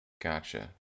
Gotcha